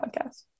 podcast